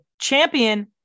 Champion